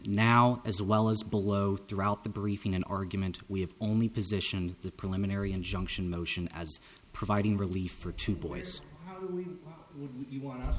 now as well as below throughout the briefing an argument we have only positioned the preliminary injunction motion as providing relief for two boys you